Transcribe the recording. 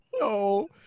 No